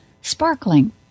sparkling